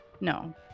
no